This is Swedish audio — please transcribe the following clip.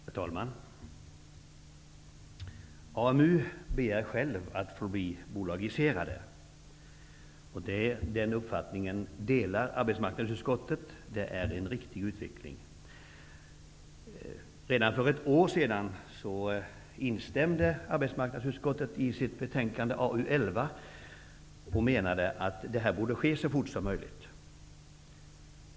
Herr talman! På AMU begär man själv att få bli bolagiserad. Den begäran står arbetsmarknadsutskottet bakom. Det är en riktig utveckling. Redan för ett år sedan instämde arbetsmarknadsutskottet i sitt betänkande AU11 i denna begäran och menade att det borde ske så fort som möjligt.